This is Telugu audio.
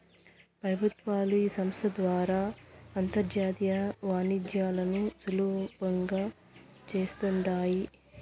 పెబుత్వాలు ఈ సంస్త ద్వారా అంతర్జాతీయ వాణిజ్యాలను సులబంగా చేస్తాండాయి